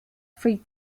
free